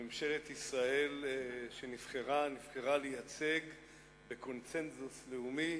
ממשלת ישראל שנבחרה נבחרה לייצג בקונסנזוס לאומי